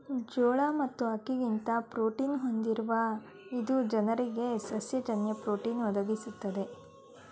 ಜೋಳ ಮತ್ತು ಅಕ್ಕಿಗಿಂತ ಪ್ರೋಟೀನ ಹೊಂದಿರುವ ಇದು ಜನರಿಗೆ ಸಸ್ಯ ಜನ್ಯ ಪ್ರೋಟೀನ್ ಒದಗಿಸ್ತದೆ